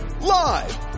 Live